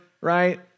right